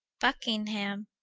buckingham,